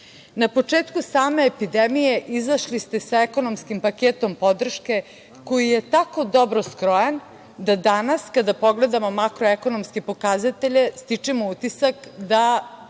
početku same epidemije izašli ste sa ekonomskim paketom podrške, koji je tako dobro skrojen da danas kada pogledamo makroekonomske pokazatelje stičemo utisak da